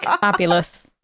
Fabulous